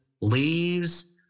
leaves